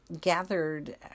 gathered